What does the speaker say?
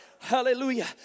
Hallelujah